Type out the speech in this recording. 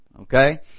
Okay